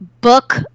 book